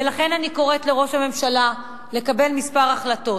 ולכן אני קוראת לראש הממשלה לקבל כמה החלטות: